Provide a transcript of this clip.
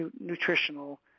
nutritional